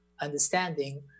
understanding